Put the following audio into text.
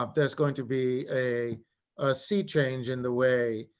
um there's going to be a sea change in the way